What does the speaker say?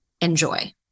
Enjoy